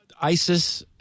ISIS